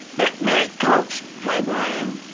m-mary! coach! hey, brian,